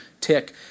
tick